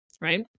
right